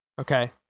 Okay